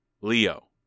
Leo